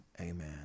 amen